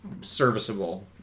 serviceable